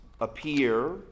appear